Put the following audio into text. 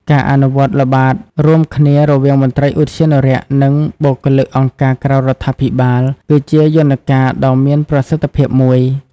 ការអនុវត្តល្បាតរួមគ្នារវាងមន្ត្រីឧទ្យានុរក្ស និងបុគ្គលិកអង្គការក្រៅរដ្ឋាភិបាល គឺជាយន្តការដ៏មានប្រសិទ្ធភាពមួយ។